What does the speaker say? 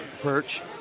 perch